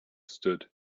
stood